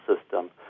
system